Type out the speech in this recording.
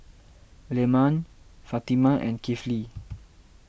Leman Fatimah and Kifli